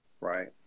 Right